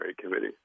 Committee